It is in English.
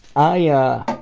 i ah.